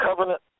covenant